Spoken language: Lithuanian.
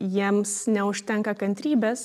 jiems neužtenka kantrybės